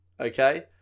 okay